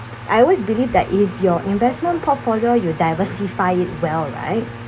I always believe that if your investment portfolio you diversify it well right